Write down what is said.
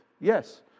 Yes